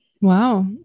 Wow